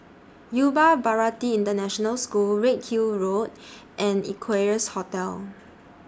Yuva Bharati International School Redhill Road and Equarius Hotel